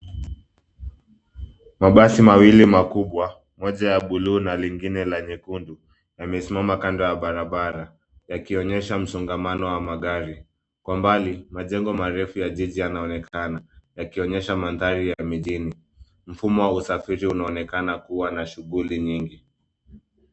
Mabasi mawili makubwa moja ya buluu na lingine la nyekundu yamesimama kando ya barabara yakionyesha msongamano wa magari, kwa mbali majengo marefu ya jiji yanaonekana yakionyesha mandhari ya mijini mfumo wa usafiri unaonekana kuwa na shughuli nyingi.